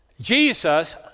Jesus